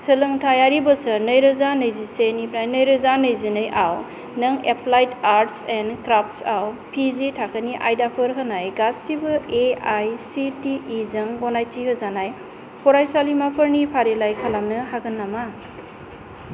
सोलोंथाइयारि बोसोर नै रोजा नैजिसे निफ्राय नै रोजा नैजिनैयाव नों एप्लाइड आर्टस एन्ड क्राफ्टस आव पि जि थाखोनि आयदाफोर होनाय गासैबो A I C T E जों गनायथि होजानाय फरायसालिमाफोरनि फारिलाइ खालामनो हागोन नामा